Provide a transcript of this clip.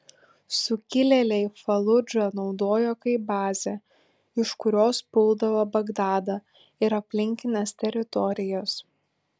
sukilėliai faludžą naudojo kaip bazę iš kurios puldavo bagdadą ir aplinkines teritorijas